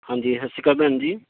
ਹਾਂਜੀ ਸਤਿ ਸ਼੍ਰੀ ਅਕਾਲ ਭੈਣ ਜੀ